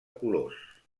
colors